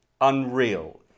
unreal